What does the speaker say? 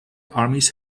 armies